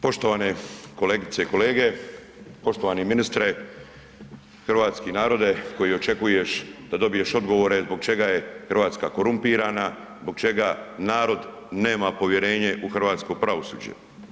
Poštovane kolegice i kolege, poštovani ministre, hrvatski narode koji očekuješ da dobiješ odgovore zbog čega Hrvatska korumpirana, zbog čega narod nema povjerenje u hrvatsko pravosuđe.